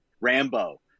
Rambo